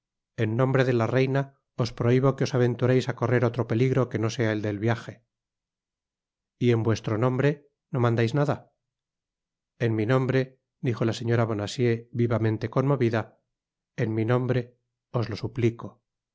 en nombre de la reina os prohibo que os aventureis á correr otro peligro que no sea el del viaje y en vuestro nombre no mandais nada en mi nombre dijo la señora bonacieux vivamente conmovida en mi nombre os lo suplico